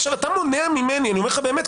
עכשיו אתה מונע ממני אני אומר לך באמת,